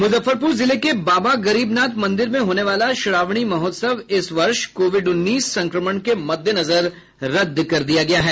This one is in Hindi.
मुजफ्फरपुर जिले के बाबा गरीबनाथ मंदिर में होने वाला श्रावणी महोत्सव इस वर्ष कोविड उन्नीस संक्रमण के मददेनजर रद्द कर दिया गया है